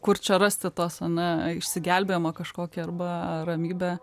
kur čia rasti tuos ane išsigelbėjimą kažkokį arba ramybę